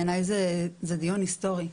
בעיניי זה דיון היסטורי.